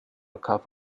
carve